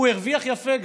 והוא הרוויח יפה גם,